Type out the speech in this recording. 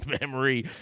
memory